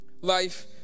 Life